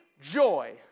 joy